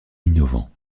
innovant